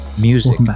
music